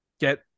get